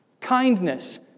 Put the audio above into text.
Kindness